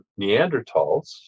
Neanderthals